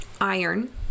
iron